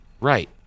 Right